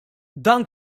dan